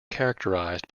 characterized